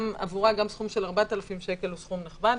שעבורה גם סכום של 4,000 שקל הוא סכום נכבד,